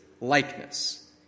likeness